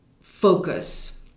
focus